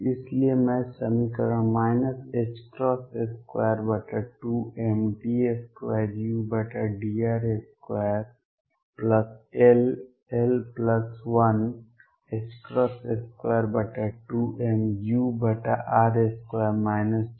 इसलिए मैं समीकरण 22md2udr2 ll122mur2 Ze24π01ru